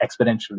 exponentially